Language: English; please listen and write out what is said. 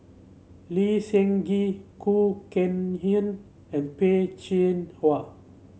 Lee Seng Gee Khoo Kay Hian and Peh Chin Hua